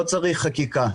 לא צריך חקיקה.